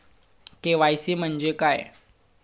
KYC म्हणजे काय आहे?